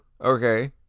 okay